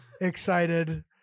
excited